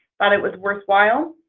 but it was worthwhile.